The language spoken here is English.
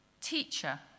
teacher